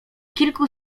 kilku